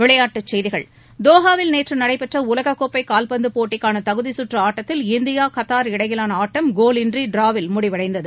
விளையாட்டுச் செய்திகள் தோஹாவில் நேற்று நடைபெற்ற உலக கோப்பை கால்பந்து போட்டிக்கான தகுதிக்கற்று ஆட்டத்தில் இந்தியா கத்தார் இடையிலான ஆட்டம் கோலின்றி டிராவில் முடிவடைந்தது